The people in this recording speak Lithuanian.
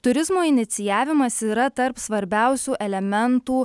turizmo inicijavimas yra tarp svarbiausių elementų